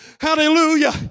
Hallelujah